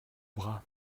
bras